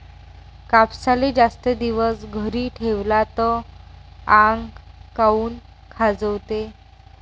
कापसाले जास्त दिवस घरी ठेवला त आंग काऊन खाजवते?